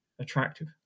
attractive